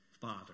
father